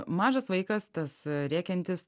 mažas vaikas tas rėkiantis